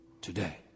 today